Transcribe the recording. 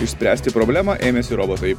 išspręsti problemą ėmėsi robotai